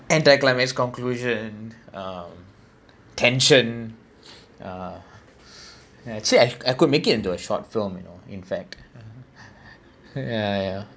and that climax conclusion um tension uh actually I I could make it into a short film you know in fact ya ya